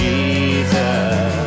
Jesus